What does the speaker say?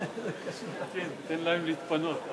אדוני היושב-ראש, רבותי